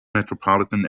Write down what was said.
metropolitan